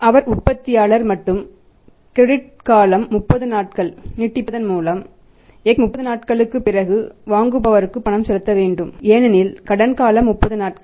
Y உற்பத்தியாளர் மற்றும் credit காலம் 30 நாட்கள் நீட்டிப்பதன் மூலம் X 30 நாட்களுக்குப் பிறகு வாங்குபவருக்கு பணம் செலுத்த வேண்டும் ஏனெனில் கடன் காலம் 30 நாட்கள்